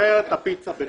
אחרת הפיצה בחינם.